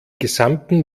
gesamten